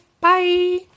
bye